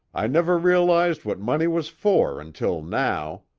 i never realized what money was for until now!